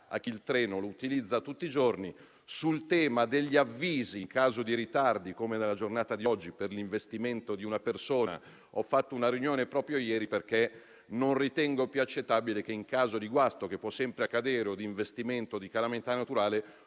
a chi il treno lo utilizza tutti i giorni. Sul tema degli avvisi in caso di ritardi, come nella giornata di oggi per l'investimento di una persona, ho fatto una riunione proprio ieri perché non ritengo più accettabile che in caso di guasto, che può sempre accadere, di investimento o di calamità naturale,